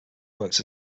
worked